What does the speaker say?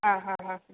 ആ ഹാ ഹാ ഉം